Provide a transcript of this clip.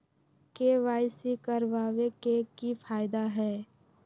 KYC करवाबे के कि फायदा है?